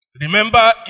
Remember